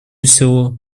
всего